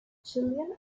chilean